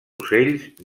ocells